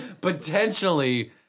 potentially